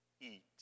eat